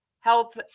Health